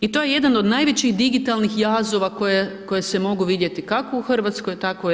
I to je jedan od najvećih digitalnih jazova koje se mogu vidjeti kako u Hrvatskoj tako u EU-u.